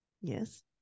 Yes